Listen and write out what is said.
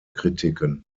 kritiken